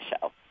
show